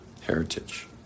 Heritage